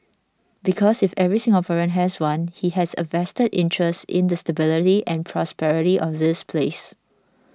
because if every Singaporean has one he has a vested interest in the stability and prosperity of this place